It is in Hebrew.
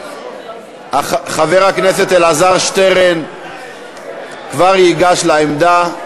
חבר הכנסת אלעזר שטרן כבר ייגש לעמדה.